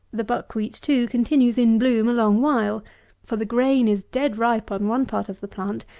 the buck-wheat, too, continues in bloom a long while for the grain is dead ripe on one part of the plant,